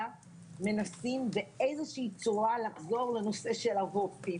מנסים באיזושהי צורה לחזור לנושא של הרופאים.